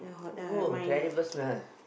!woah! terrible smell